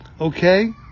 okay